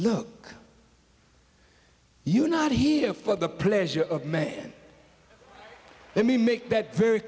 look you're not here for the pleasure of men let me make that very